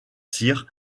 sires